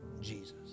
Jesus